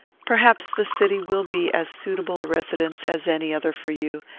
perhaps the city will be as suitable a residence as any other for you,